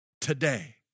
Today